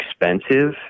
expensive